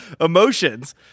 emotions